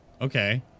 Okay